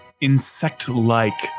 insect-like